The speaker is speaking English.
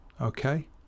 okay